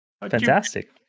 Fantastic